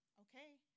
okay